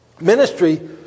Ministry